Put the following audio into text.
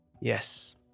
Yes